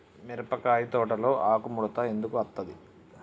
మిరపకాయ తోటలో ఆకు ముడత ఎందుకు అత్తది?